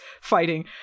fighting